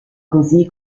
così